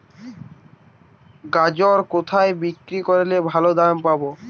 গাজর কোথায় বিক্রি করলে ভালো দাম পাব?